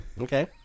Okay